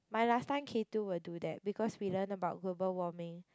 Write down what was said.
my last time K two will do that because we learn about global warming